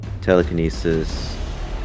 telekinesis